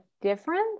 difference